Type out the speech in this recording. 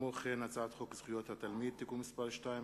הצעת חוק זכויות התלמיד (תיקון מס' 2),